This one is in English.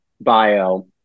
bio